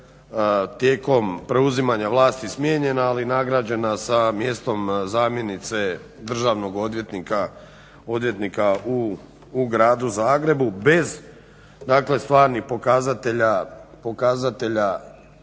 tijekom preuzimanja vlasti smijenjena ali nagrađena sa mjestom zamjenice državnog odvjetnika u gradu Zagrebu bez stvarnih pokazatelja